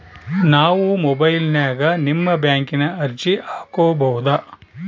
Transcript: ನಾವು ಮೊಬೈಲಿನ್ಯಾಗ ನಿಮ್ಮ ಬ್ಯಾಂಕಿನ ಅರ್ಜಿ ಹಾಕೊಬಹುದಾ?